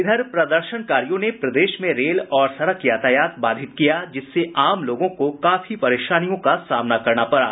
इधर प्रदर्शनकारियों ने प्रदेश में रेल और सड़क यातायात बाधित किया जिससे आम लोगों को काफी परेशानियों का सामना करना पड़ा